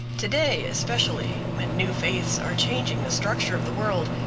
to-day, especially, when new faiths are changing the structure of the world,